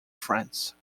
france